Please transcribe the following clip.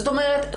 זאת אומרת,